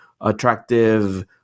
attractive